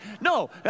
No